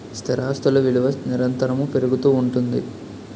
స్థిరాస్తులు విలువ నిరంతరము పెరుగుతూ ఉంటుంది